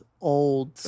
old